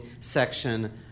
section